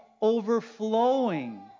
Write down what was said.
overflowing